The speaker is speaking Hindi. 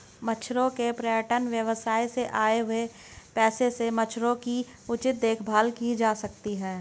मगरमच्छों के पर्यटन व्यवसाय से आए हुए पैसों से मगरमच्छों की उचित देखभाल की जा सकती है